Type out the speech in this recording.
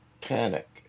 panic